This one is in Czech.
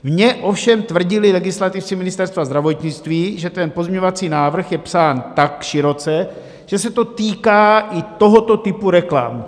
Mně ovšem tvrdili legislativci Ministerstva zdravotnictví, že ten pozměňovací návrh je psán tak široce, že se to týká i tohoto typu reklam.